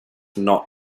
not